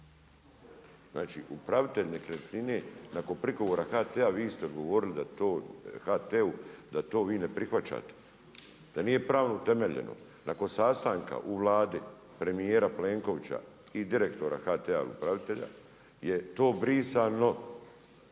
Znači upravitelj nekretnine, nakon prigovora HT-a vi ste odgovorili da to HT-u da to vi ne prihvaćate. Da nije pravno utemeljene, nakon sastanka u Vladi premjera Plenkovića i direktora HT-a upravitelja je to brisano.